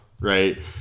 right